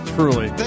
Truly